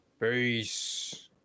Peace